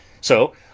So